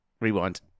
Rewind